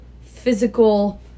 physical